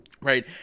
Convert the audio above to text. right